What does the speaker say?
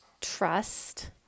trust